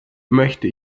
möchte